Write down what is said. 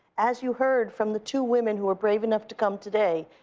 as you heard from the two women who were brave enough to come today,